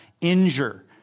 injure